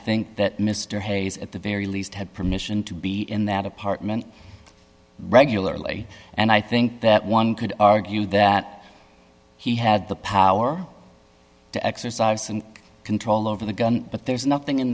think that mr hayes at the very least had permission to be in that apartment regularly and i think that one could argue that he had the power to exercise some control over the gun but there's nothing in